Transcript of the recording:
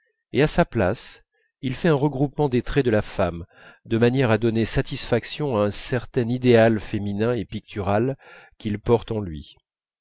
et à sa place il fait un regroupement des traits de la femme de manière à donner satisfaction à un certain idéal féminin et pictural qu'il porte en lui